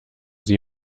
sie